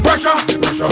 Pressure